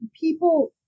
people